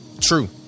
True